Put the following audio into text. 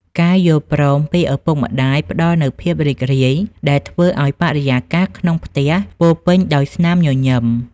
ការយល់ព្រមពីឪពុកម្ដាយផ្ដល់នូវភាពរីករាយ ដែលធ្វើឱ្យបរិយាកាសក្នុងផ្ទះពោរពេញដោយស្នាមញញឹម។